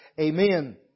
amen